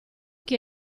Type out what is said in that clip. che